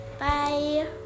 Bye